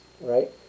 Right